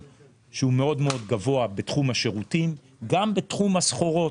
מאוד-מאוד גבוה בתחום השירותים, גם בתחום הסחורות.